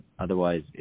Otherwise